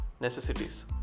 necessities